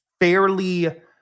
fairly